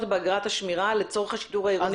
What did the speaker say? באגרת השמירה לצורך השיטור העירוני,